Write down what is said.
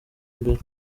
imbere